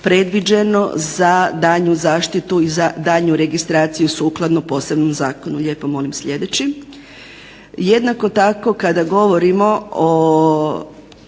za daljnju zaštitu i za daljnju registraciju sukladno posebnom zakonu. Jednako tako kad govorimo o